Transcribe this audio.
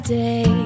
day